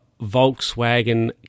Volkswagen